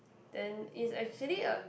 then it's actually a